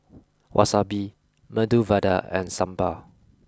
Wasabi Medu Vada and Sambar